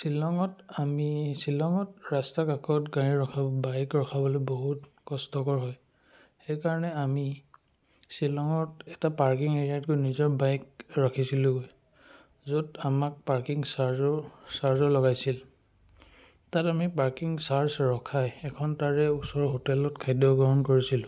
শ্বিলঙত আমি শ্বিলঙত ৰাস্তা কাষত গাড়ী ৰখাব বাইক ৰখাবলৈ বহুত কষ্টকৰ হয় সেইকাৰণে আমি শ্বিলঙত এটা পাৰ্কিং এৰিয়াত গৈ নিজৰ বাইক ৰখিছিলোঁগৈ য'ত আমাক পাৰ্কিং চাৰ্জো চাৰ্জো লগাইছিল তাত আমি পাৰ্কিং চাৰ্জ ৰখাই এখন তাৰে ওচৰৰ হোটেলত খাদ্য গ্ৰহণ কৰিছিলোঁ